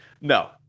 no